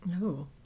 No